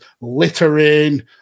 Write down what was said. littering